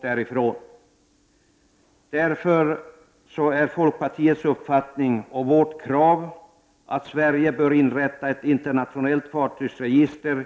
Därför är det folkpartiets uppfattning och vårt krav att Sverige bör inrätta ett internationellt fartygsregister